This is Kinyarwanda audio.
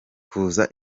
kuza